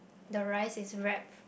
the rice is wrap